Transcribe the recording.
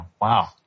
Wow